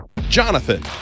Jonathan